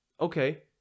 okay